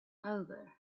over